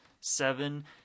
seven